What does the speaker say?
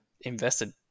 invested